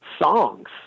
songs